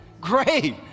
Great